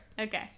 Okay